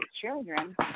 children